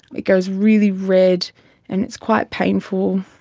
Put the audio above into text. it goes really red and it's quite painful.